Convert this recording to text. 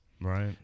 Right